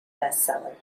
bestseller